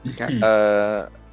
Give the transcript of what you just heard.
Okay